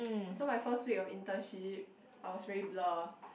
so my first week of internship I was very blur